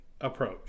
approach